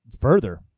further